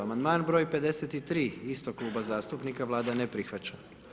Amandman broj 53. istog kluba zastupnika, Vlada ne prihvaća.